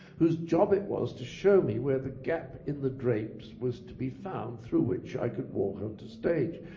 whose job it was to show me where the gap in the drapes was to be found through which i could walk on to stage.